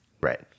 Right